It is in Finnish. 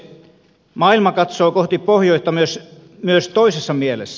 maailma katsoo kohti pohjoista myös toisessa mielessä